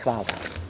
Hvala.